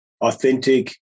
authentic